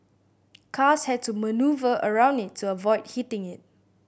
cars had to manoeuvre around it to avoid hitting it